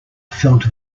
felt